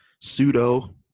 pseudo